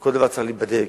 וכל דבר צריך להיבדק.